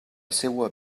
seua